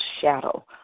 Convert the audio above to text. shadow